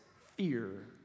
fear